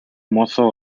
mozo